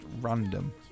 random